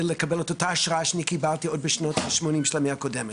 ולקבל את אותה השראה שאני קיבלתי עוד בשנות השמונים של המאה הקודמת.